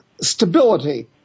stability